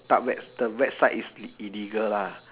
dark web the website is illegal lah